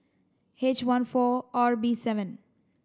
H one four R B seven